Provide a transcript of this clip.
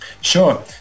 Sure